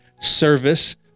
service